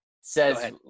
says